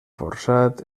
forçat